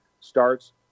starts